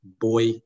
boy